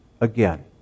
again